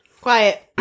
Quiet